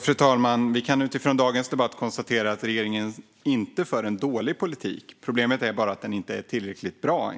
Fru talman! Vi kan utifrån dagens debatt konstatera att regeringen inte för en dålig politik. Problemet är enligt mig att den inte är tillräckligt bra.